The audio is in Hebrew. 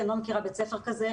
אני לא מכירה בית ספר כזה.